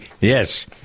yes